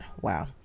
Wow